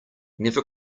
never